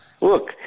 Look